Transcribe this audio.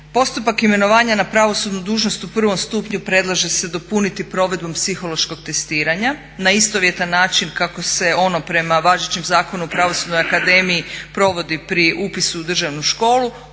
Postupak imenovanja na pravosudnu dužnost u prvom stupnju predlaže se dopuniti provedbom psihološkog testiranja na istovjetan način kako se ono prema važećem Zakonu o Pravosudnoj akademiji provodi pri upisu u Državnu školu.